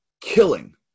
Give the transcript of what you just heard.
killing